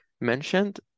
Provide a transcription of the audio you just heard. mentioned